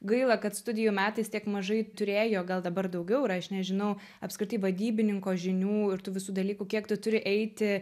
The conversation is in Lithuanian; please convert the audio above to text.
gaila kad studijų metais tiek mažai turėjo gal dabar daugiau yra aš nežinau apskritai vadybininko žinių ir tų visų dalykų kiek tu turi eiti